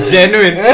Genuine